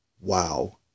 wow